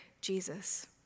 Jesus